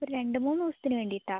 ഒരു രണ്ട് മൂന്ന് ദിവസത്തിന് വേണ്ടിയിട്ടാണ്